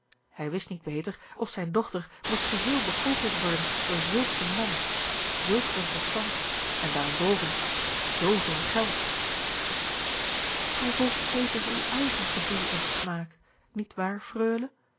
hij wist niet beter of zijne dochter moest geheel begoocheld worden door zulk een man zulk een verstand en daarenboven zooveel geld gij volgt zeker uw eigen gevoel en smaak niet waar freule